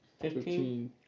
fifteen